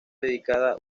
dedicada